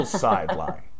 sideline